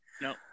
No